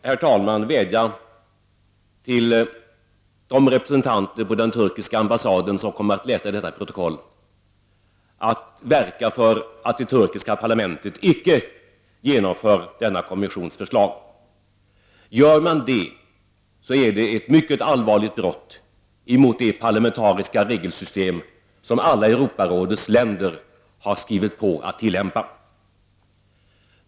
Jag vill vädja till de representanter på den turkiska ambassaden som kommer att läsa detta protokoll att verka för att det turkiska parlamentet inte genomför kommissionens förslag. Om man genomför kommissionens förslag så är det ett mycket allvarligt brott mot det parlamentariska regelsystem som alla Europarådets länder har skrivit på och förbundit sig att tillämpa.